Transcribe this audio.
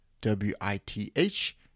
W-I-T-H